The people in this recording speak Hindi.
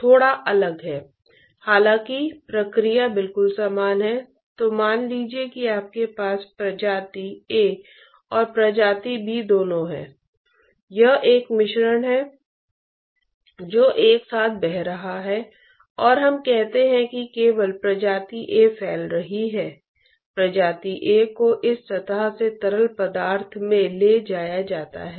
यह अनिवार्य रूप से गर्मी की शुद्ध मात्रा को कैप्चर करता है जो एक तरल पदार्थ से दीवार तक और दीवार से दूसरे तरल पदार्थ में ले जाया जाता है